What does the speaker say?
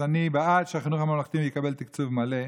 אז אני בעד שהחינוך הממלכתי יקבל תקצוב מלא,